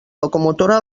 locomotora